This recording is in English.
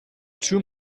too